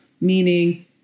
meaning